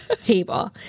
table